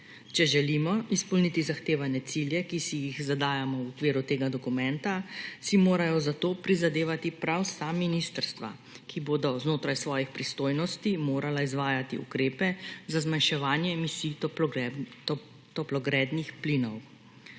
Če želimo izpolniti zahtevane cilje, ki si jih zadajamo v okviru tega dokumenta, si morajo za to prizadevati prav vsa ministrstva, ki bodo znotraj svojih pristojnosti morala izvajati ukrepe za zmanjševanje emisij toplogrednih plinov.